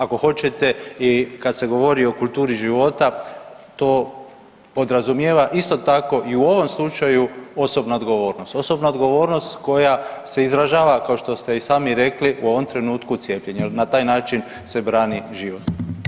Ako hoćete i kada se govori o kulturi života to podrazumijeva isto tako i u ovom slučaju osobna odgovornost, osobna odgovornost koja se izražava kao što ste i sami rekli u ovom trenutku cijepljenje, na taj način se brani život.